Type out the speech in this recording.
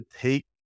take